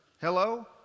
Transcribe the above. Hello